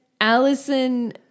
Allison